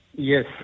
yes